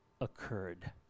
occurred